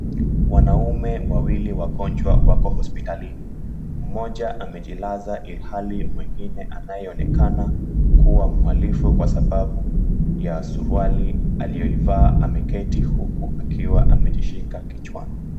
Wanaume wawili wagonjwa wako hospitalini. Mmoja amejilaza ilhali mwengine anayeonekana kuwa mhalifu kwa sababu ya suruali aliyoivaa ameketi huku akiwa amejishika kichwani.